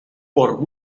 por